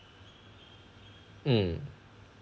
mm